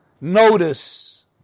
notice